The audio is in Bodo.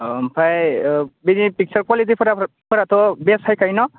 अ ओमफ्राय बिनि पिक्चार क्वालिटिफोराथ' बेस्ट फैखायो न'